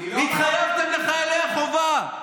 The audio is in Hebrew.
התחייבתם לחיילי החובה,